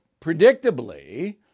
predictably